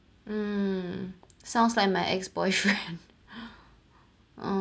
um sounds like my ex boyfriend oo